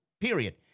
Period